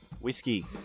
Whiskey